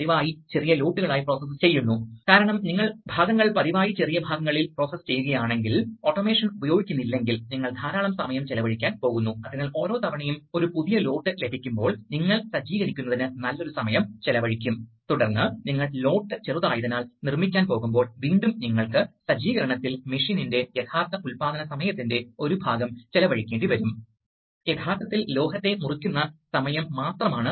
അതിനാൽ ഇത് flow control വാൽവിലൂടെ കടന്നുപോകുകയും ഒടുവിൽ പുറത്താക്കപ്പെടുകയും ചെയ്യും അതിനാൽ ഈ ഫ്ലോ കൺട്രോൾ വാൽവ് ഉപയോഗിക്കുന്നതിനാൽ സിലിണ്ടർ ഈ വഴി നീങ്ങുമ്പോൾ ഒരു നിശ്ചിത വേഗതയുണ്ട് അതിന് നേടാൻ കഴിയുന്ന പരമാവധി വേഗത നിങ്ങൾക്ക് ഈ രണ്ട് വാൽവുകളിൽ വ്യത്യസ്ത ഫ്ലോ കൺട്രോൾ വാൽവുകളുടെ ക്രമീകരണം കാണാൻ കഴിയും അതിനാൽ രണ്ട് വശങ്ങളിൽ നിങ്ങൾക്ക് സിലിണ്ടറിന്റെ വ്യത്യസ്ത വേഗത കൈവരിക്കാൻ കഴിയും